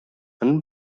and